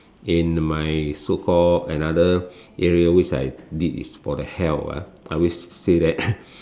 in my so called another area which I did is for the health ah I always say that